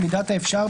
במידת האפשר,